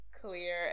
clear